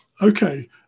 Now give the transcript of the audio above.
okay